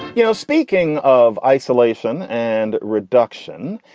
you know, speaking of isolation and reduction,